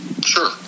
sure